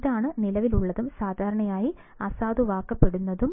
ഇതാണ് നിലവിലുള്ളതും സാധാരണയായി അസാധുവാക്കപ്പെടുന്നതും